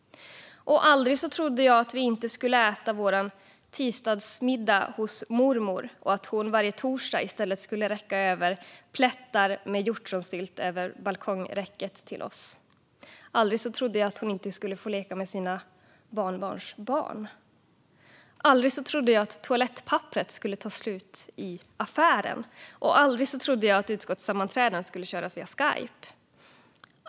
Aldrig trodde jag att vi inte skulle äta vår tisdagsmiddag hos mormor och att hon varje torsdag i stället skulle räcka över plättar med hjortronsylt till oss över balkongräcket. Aldrig trodde jag att hon inte skulle få leka med sina barnbarnsbarn. Aldrig trodde jag att toalettpapperet skulle ta slut i affären. Aldrig trodde jag att utskottssammanträden skulle hållas via Skype.